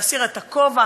להסיר את הכובע.